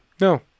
No